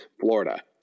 Florida